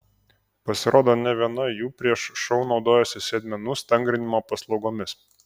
pasirodo ne viena jų prieš šou naudojasi sėdmenų stangrinimo paslaugomis